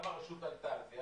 גם הרשות עלתה על זה,